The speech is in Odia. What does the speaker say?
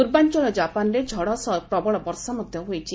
ପୂର୍ବାଞ୍ଚଳ ଜାପାନରେ ଝଡ଼ ସହ ପ୍ରବଳ ବର୍ଷା ମଧ୍ୟ ହୋଇଛି